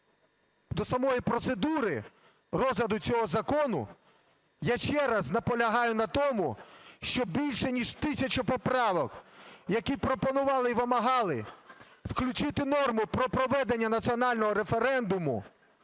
до самої процедури розгляду цього закону, я ще раз наполягаю на тому, що більш ніж тисяча поправок, які пропонували і вимагали включити норму про проведення національного референдуму